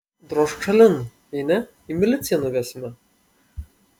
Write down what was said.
drožk šalin jei ne į miliciją nuvesime